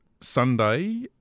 Sunday